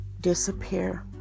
disappear